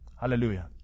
Hallelujah